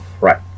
Right